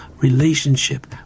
relationship